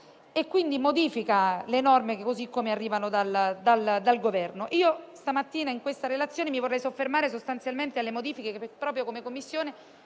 quindi modifica le norme così come arrivano dal Governo. Stamattina, in questa relazione vorrei soffermarmi sostanzialmente sulle modifiche che proprio come Commissione